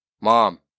mom